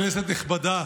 כנסת נכבדה,